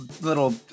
little